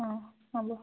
অঁ হ'ব